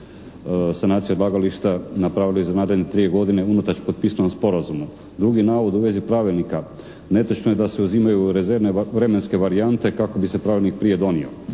sanacije odlagališta napravili za naredne tri godine unatoč potpisanom sporazumu. Drugi navod u vezi pravilnika. Netočno je da se uzimaju rezervne vremenske varijante kako bi se pravilnik prije donio.